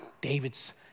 David's